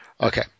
Okay